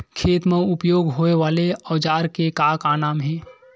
खेत मा उपयोग होए वाले औजार के का नाम हे?